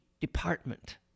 department